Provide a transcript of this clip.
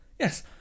Yes